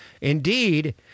Indeed